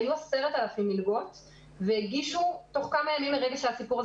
היו 10,000 מלגות ובתוך כמה ימים מרגע שהסיפור הזה